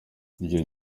igihe